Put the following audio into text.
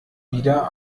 wieder